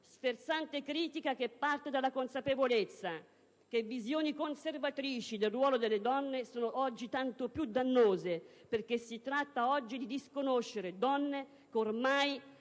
sferzante critica che parte dalla consapevolezza che visioni conservatrici del ruolo delle donne sono oggi tanto più dannose perché si tratta oggi di disconoscere donne che ormai